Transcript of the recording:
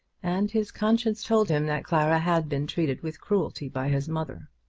and his conscience told him that clara had been treated with cruelty by his mother.